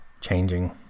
changing